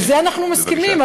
על זה אנחנו מסכימים,